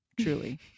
truly